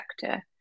sector